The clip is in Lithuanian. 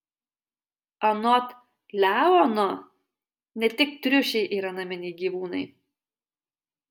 anot leono ne tik triušiai yra naminiai gyvūnai